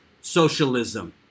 socialism